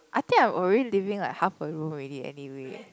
I think I'm already living like half a room already anyway